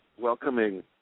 welcoming